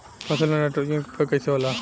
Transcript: फसल में नाइट्रोजन के उपयोग कइसे होला?